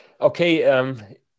okay